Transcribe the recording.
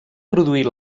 produir